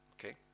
Okay